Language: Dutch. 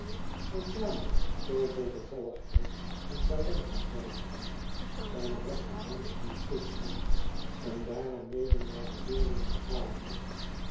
eene dame zoo vol bevalligheid en talenten zeide hij zijn rechterhandschoen kussende en er daarna mede naar de leerlingen zwaaiende